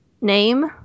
name